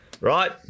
right